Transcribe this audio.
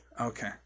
okay